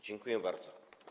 Dziękuję bardzo.